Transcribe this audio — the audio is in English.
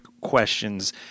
questions